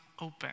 open